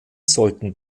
sollten